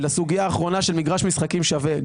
לסוגייה האחרונה של מגרש משחקים שווה.